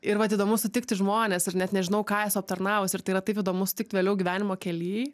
ir vat įdomu sutikti žmones ir net nežinau ką esu aptarnavusi ir tai yra taip įdomu sutikt vėliau gyvenimo kely